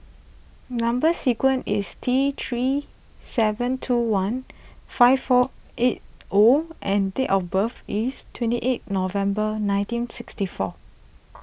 Number Sequence is T three seven two one five four eight O and date of birth is twenty eight November nineteen sixty four